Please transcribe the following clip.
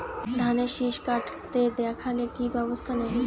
ধানের শিষ কাটতে দেখালে কি ব্যবস্থা নেব?